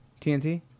TNT